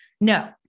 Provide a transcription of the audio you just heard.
No